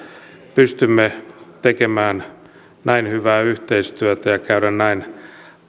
pystymme tekemään näin hyvää yhteistyötä ja käymään näin